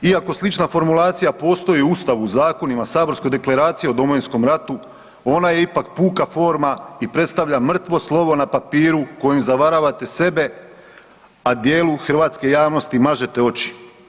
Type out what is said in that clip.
Iako slična formulacija postoji u Ustavu, u zakonima, saborskoj Deklaraciji o Domovinskom ratu ona je ipak puka forma i predstavlja mrtvo slovo na papiru kojim zavaravate sebe, a dijelu hrvatske javnosti mažete oči.